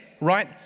right